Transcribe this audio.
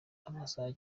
amasaha